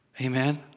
Amen